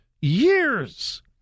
years